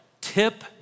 Tip